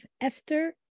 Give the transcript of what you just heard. Esther